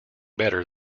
better